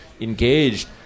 engaged –